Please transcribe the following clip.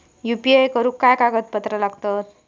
UPI करुक काय कागदपत्रा लागतत?